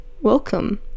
welcome